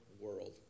world